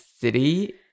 city